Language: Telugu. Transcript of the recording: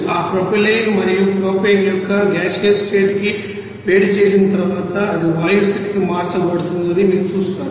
ఆ ప్రొపైలిన్ మరియు ప్రొపేన్ యొక్క గాసీయోస్ స్టేట్ కి వేడి చేసిన తర్వాత అది వాయు స్థితికి మార్చబడుతుందని మీరు చూస్తారు